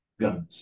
guns